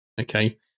okay